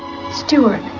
stewart,